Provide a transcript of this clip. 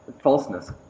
falseness